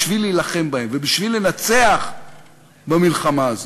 בשביל להילחם בהם ובשביל לנצח במלחמה הזאת,